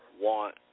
want